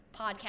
podcast